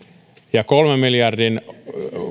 ja kolmen miljardin